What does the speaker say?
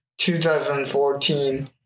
2014